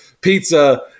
pizza